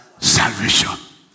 salvation